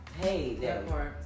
Hey